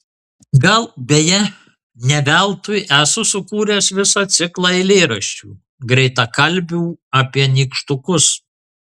gal beje ne veltui esu sukūręs visą ciklą eilėraščių greitakalbių apie nykštukus